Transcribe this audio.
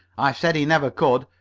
i said he never could.